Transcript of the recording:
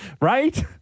Right